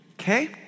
okay